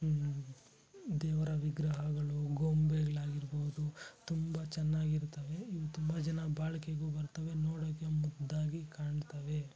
ದೇವರ ವಿಗ್ರಹಗಳು ಗೊಂಬೆಗಳಾಗಿರ್ಬೋದು ತುಂಬ ಚೆನ್ನಾಗಿರ್ತವೆ ಇವು ತುಂಬ ಜನ ಬಾಳಿಕೆಗು ಬರ್ತವೆ ನೋಡೋಕ್ಕೆ ಮುದ್ದಾಗಿ ಕಾಣ್ತವೆ